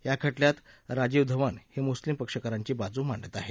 या खटल्यात राजीव धवन हे मुस्लीम पक्षकारांची बाजु मांडत आहेत